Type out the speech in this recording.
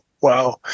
wow